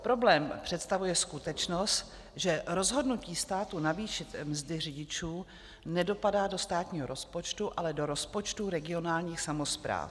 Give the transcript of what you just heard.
Problém představuje skutečnost, že rozhodnutí státu navýšit mzdy řidičů nedopadá do státního rozpočtu, ale do rozpočtů regionálních samospráv.